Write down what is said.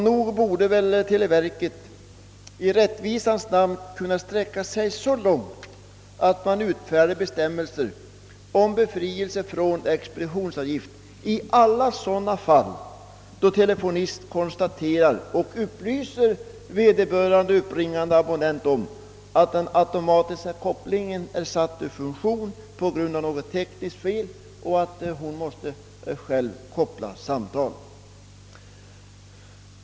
Nog borde väl televerket i rättvisans namn kunna sträcka sig så långt, att man utfärdade bestämmelser om befrielse från expeditionsavgift i alla sådana fall då telefonist konstaterar och upplyser vederbörande uppringande abonnent om att den auto matiska kopplingen är satt ur funktion på grund av något tekniskt fel och att hon själv måste koppla samtalet.